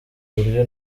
uburyo